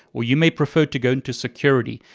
or you may prefer to go into security,